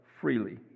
freely